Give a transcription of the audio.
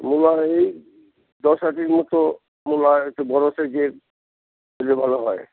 মুলা এই দশ আটির মতো মুলা একটু বড় সাইজের দিলে ভালো হয়